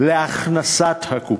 להכנסת הקופות.